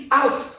out